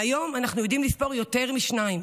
מהיום אנחנו יודעים לספור יותר משניים.